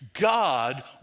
God